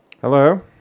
Hello